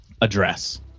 address